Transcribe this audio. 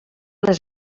les